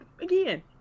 Again